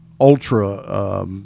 ultra